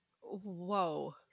Whoa